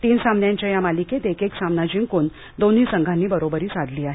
तीन सामन्यांच्या या मालिकेत एकेक सामना जिंकून दोन्ही संघांनी बरोबरी साधली आहे